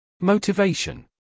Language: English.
Motivation